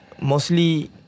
mostly